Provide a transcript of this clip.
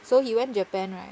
so he went japan right